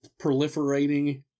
proliferating